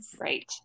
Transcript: Right